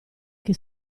che